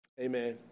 amen